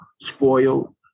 spoiled